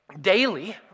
daily